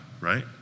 right